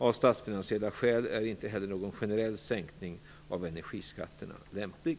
Av statsfinansiella skäl är inte heller någon generell sänkning av energiskatterna lämplig.